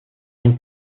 une